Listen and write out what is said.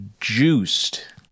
Juiced